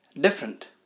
different